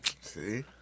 See